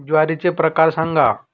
ज्वारीचे प्रकार सांगा